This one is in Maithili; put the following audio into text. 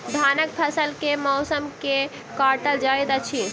धानक फसल केँ मौसम मे काटल जाइत अछि?